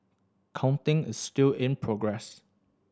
counting is still in progress